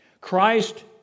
Christ